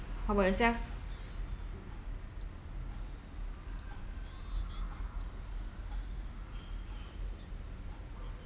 how about yourself